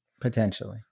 potentially